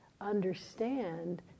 understand